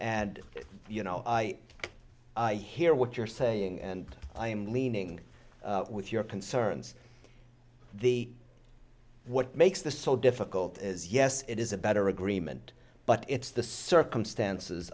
and you know i i hear what you're saying and i am leaning with your concerns the what makes this so difficult is yes it is a better agreement but it's the circumstances